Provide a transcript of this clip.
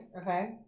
okay